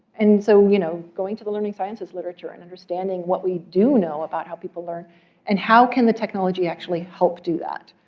and so you know going to the learning sciences literature and understanding what we do know about how people learn and how can the technology actually help do that.